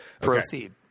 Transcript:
Proceed